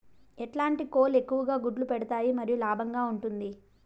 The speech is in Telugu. ఎట్లాంటి కోళ్ళు ఎక్కువగా గుడ్లు పెడతాయి మరియు లాభంగా ఉంటుంది?